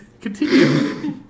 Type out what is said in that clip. Continue